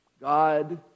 God